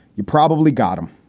you probably got them.